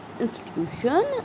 institution